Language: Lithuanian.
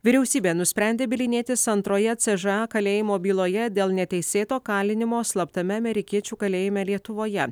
vyriausybė nusprendė bylinėtis antroje ce že a kalėjimo byloje dėl neteisėto kalinimo slaptame amerikiečių kalėjime lietuvoje